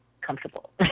comfortable